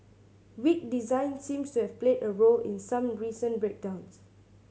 weak design seems to have played a role in some recent breakdowns